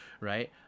right